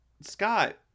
Scott